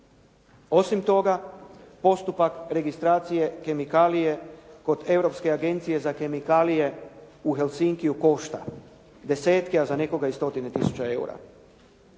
Osim toga postupak registracije kemikalije kod europske Agencije za kemikalije u Hellsinkyju košta desetke, a za nekoga i stotine tisuća eura.